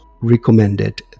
recommended